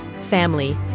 family